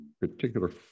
particular